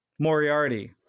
Moriarty